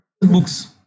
books